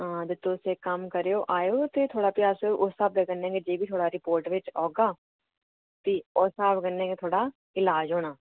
हां ते तुस इक कम्म करेओ आएओ ते अस फिर उस स्हाबै कन्नै जो किश थुआढ़ी रिपोर्ट च औगा ते उस स्हाब कनै गै थुआढ़ा इलाज होना